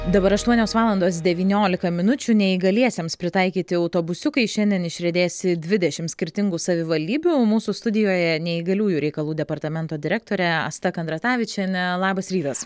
dabar aštuonios valandos devyniolika minučių neįgaliesiems pritaikyti autobusiukai šiandien išriedės į dvidešimt skirtingų savivaldybių mūsų studijoje neįgaliųjų reikalų departamento direktorė asta kandratavičienė labas rytas